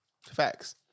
Facts